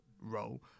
role